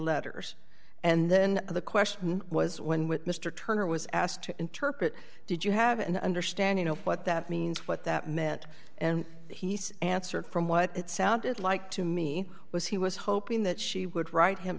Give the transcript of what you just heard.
letters and then the question was when with mr turner was asked to interpret did you have an understanding of what that means what that meant and he answered from what it sounded like to me was he was hoping that she would write him